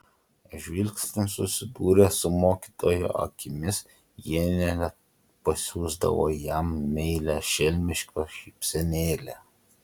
žvilgsniu susidūrę su mokytojo akimis jie net pasiųsdavo jam meilią šelmišką šypsenėlę